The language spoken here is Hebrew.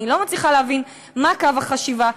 אני לא מצליחה להבין מה קו החשיבה.